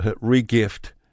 re-gift